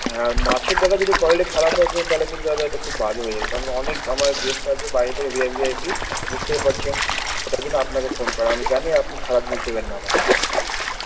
হ্যাঁ আর মাছের দাদা যদি কোয়ালিটি খারাপ হয় কিন্তু তাহলে কিন্তু তাহলে এটা খুব বাজে হয়ে যাবে কারণ অনেক আমার গেস্ট আসবে বাইরে থেকে V I P V I P বুঝতেই পারছেন ওটার জন্যে আপনাকে ফোন করা আমি জানি আপনি খারাপ দেবেন না আমাকে